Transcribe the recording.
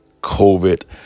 COVID